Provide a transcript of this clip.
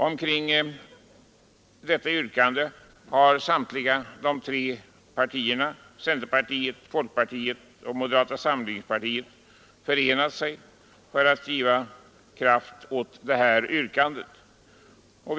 Om detta yrkande har centerpartiet, folkpartiet och moderata samlingspartiet enat sig för att ge mera kraft åt yrkandet.